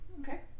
Okay